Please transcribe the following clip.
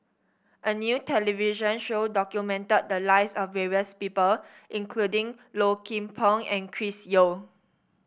a new television show documented the lives of various people including Low Kim Pong and Chris Yeo